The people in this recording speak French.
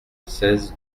seize